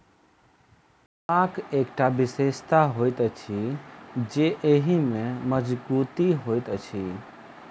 पटुआक एकटा विशेषता होइत अछि जे एहि मे मजगुती होइत अछि